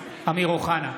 אמיר אוחנה,